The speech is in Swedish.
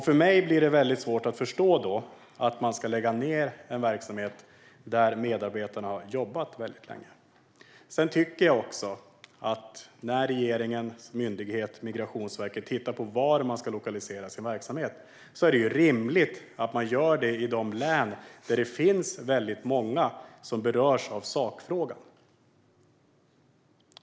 För mig är det då svårt att förstå att man ska lägga ned en verksamhet där medarbetarna har jobbat väldigt länge. Jag tycker också att när regeringens myndighet Migrationsverket tittar på vart man ska lokalisera sin verksamhet är det rimligt att man gör det till de län där det finns många som berörs av sakfrågan.